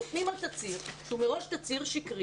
חותמים על תצהיר שמראש הוא תצהיר שקרי